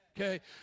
okay